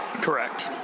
correct